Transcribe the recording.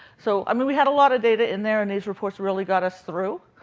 so i mean we had a lot of data in there, and these reports really got us through,